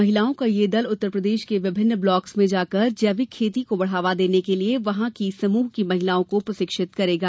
महिलाओं का ये दल यूपी में विभिन्न ब्लॉक में जाकर जैविक खेती को बढ़ावा देने के लिए वहां की समूह की महिलाओं को प्रशिक्षित करेगा